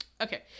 okay